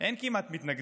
אין כמעט מתנגדים.